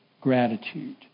gratitude